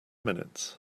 minutes